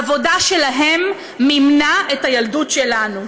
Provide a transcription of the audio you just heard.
העבודה שלהם מימנה את הילדות שלנו.